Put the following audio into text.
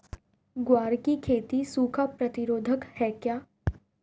ग्वार की खेती सूखा प्रतीरोधक है क्या?